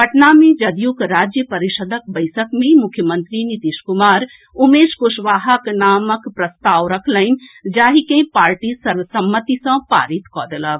पटना मे जदयूक राज्य परिषदक बैसक मे मुख्यमंत्री नीतीश कुमार उमेश कुशवाहाक नामक प्रस्ताव रखलनि जाहि के पार्टी सर्वसम्मति सँ पारित कऽ देलक